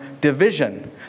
division